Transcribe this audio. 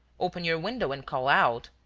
open your window and call out.